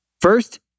First